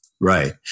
Right